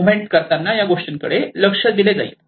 movement करताना त्याकडे लक्ष दिले जाईल